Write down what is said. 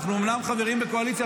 אנחנו אומנם חברים בקואליציה,